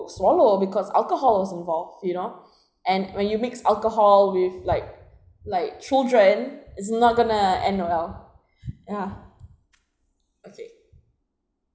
swallow because alcohol was involved you know and when you mix alcohol with like like children its not gonna end well ya okay